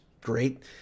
great